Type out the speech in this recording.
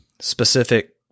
specific